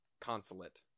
consulate